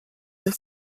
and